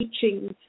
teachings